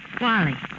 Wally